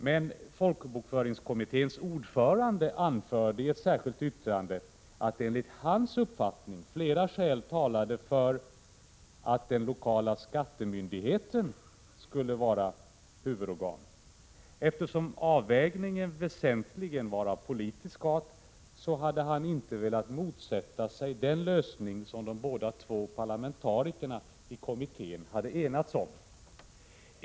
Men folkbokföringskommitténs ordförande anförde i ett särskilt yttrande att enligt hans uppfattning flera skäl talade för att den lokala skattemyndigheten skulle vara huvudorgan. Eftersom avvägningen väsentligen var av politisk art hade han inte velat motsätta sig den lösning som de båda två parlamentarikerna i kommittén hade enats om.